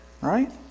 right